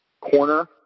corner